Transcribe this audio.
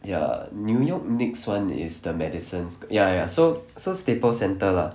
ya new york Knicks [one] is the madison sq~ ya ya so so staples centre lah